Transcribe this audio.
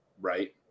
right